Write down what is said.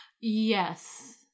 Yes